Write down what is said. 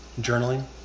Journaling